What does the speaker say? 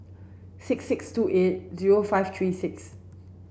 six six two eight zero five three six